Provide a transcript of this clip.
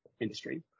industry